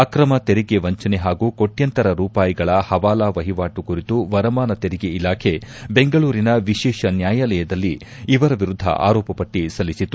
ಅಕ್ರಮ ತೆರಿಗೆ ವಂಚನೆ ಹಾಗೂ ಕೋಟ್ನಂತರ ರೂಪಾಯಿಗಳ ಹವಾಲಾ ವಹಿವಾಟು ಕುರಿತು ವರಮಾನ ತೆರಿಗೆ ಇಲಾಖೆ ಬೆಂಗಳೂರಿನ ವಿಶೇಷ ನ್ನಾಯಾಲಯದಲ್ಲಿ ಇವರ ವಿರುದ್ಧ ಆರೋಪ ಪಟ್ಟಿ ಸಲ್ಲಿಸಿತ್ತು